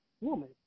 woman